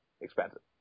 expensive